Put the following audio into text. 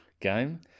game